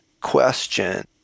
question